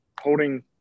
holding –